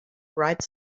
bright